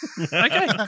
Okay